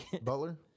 Butler